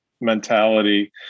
mentality